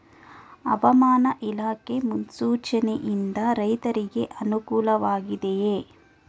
ಹವಾಮಾನ ಇಲಾಖೆ ಮುನ್ಸೂಚನೆ ಯಿಂದ ರೈತರಿಗೆ ಅನುಕೂಲ ವಾಗಿದೆಯೇ?